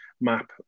map